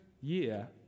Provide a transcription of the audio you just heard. year